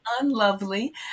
unlovely